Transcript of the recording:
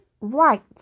right